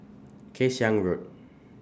Kay Siang Road